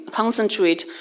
concentrate